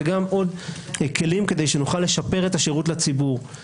וגם עוד כלים כדי שנוכל לשפר את השירות לציבור.